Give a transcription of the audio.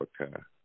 Africa